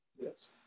Yes